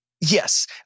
Yes